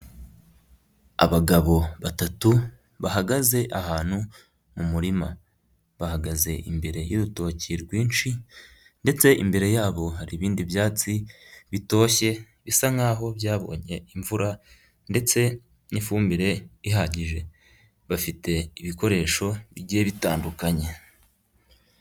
Abagabo batatu, bahagaze ahantu mu murima. Bahagaze imbere y'urutoki rwinshi, ndetse imbere yabo hari ibindi byatsi, bitoshye bisa nkaho byabonye imvura, ndetse n'ifumbire ihagije. Bafite ibikoresho bigiye bitandukanye.